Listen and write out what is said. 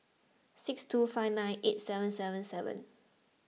six two five nine eight seven seven even